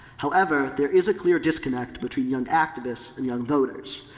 however, there is a clear disconnect between young activists and young voters.